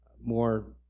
more